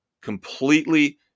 completely